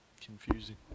confusing